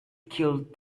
killed